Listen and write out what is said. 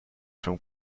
from